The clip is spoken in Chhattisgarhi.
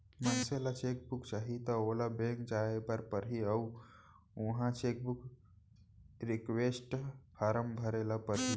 मनसे ल चेक बुक चाही त ओला बेंक जाय ल परही अउ उहॉं चेकबूक रिक्वेस्ट फारम भरे ल परही